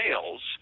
sales